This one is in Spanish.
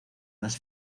las